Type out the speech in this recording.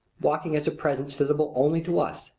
walking as a presence visible only to us,